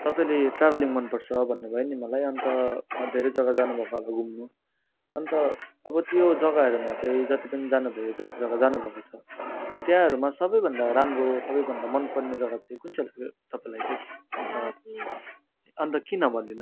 तपाईँले ट्राभलिङ मनपर्छ भन्नुभयो नि मलाई अन्त धेरै जग्गा जानु भएको अब घुम्नु अन्त अब त्यो जग्गाहरूमा चाहिँ जति पनि जानुभयो जति जग्गा जानु भएको छ त्यहाँहरूमा सबैभन्दा राम्रो सबैभन्दा मनपर्ने जग्गा चाहिँ कुन चाहिँ लाग्यो तपाईँलाई चाहिँ अन्त किन भनिदिनुहोस् न